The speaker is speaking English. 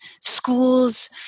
schools